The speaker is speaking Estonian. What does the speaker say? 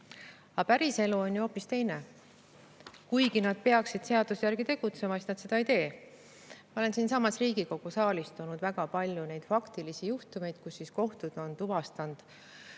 Päriselu on hoopis teine. Kuigi nad peaksid seaduse järgi tegutsema, nad seda ei tee. Ma olen siinsamas Riigikogu saalis toonud väga palju neid faktilisi juhtumeid, kus kohtud on tuvastanud